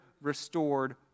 restored